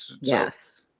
Yes